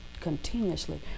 continuously